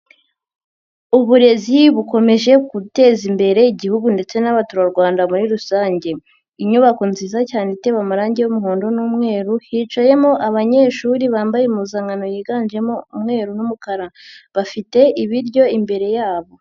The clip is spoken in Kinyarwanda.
Uburezi bukomeje guteza imbere Igihugu ndetse n'abaturarwanda muri rusange, inyubako nziza cyane itewe amarange y'umuhondo n'umweru hicayemo abanyeshuri bambaye impuzankano yiganjemo umweru n'umukara, bafite ibiryo imbere yabo.